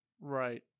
Right